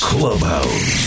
Clubhouse